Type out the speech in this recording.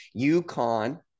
UConn